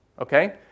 okay